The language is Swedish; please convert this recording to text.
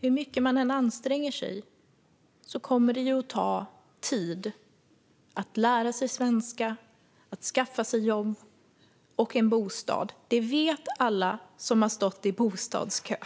Hur mycket man än anstränger sig kommer det att ta tid att lära sig svenska och att skaffa sig jobb och bostad. Det vet alla som har stått i bostadskö.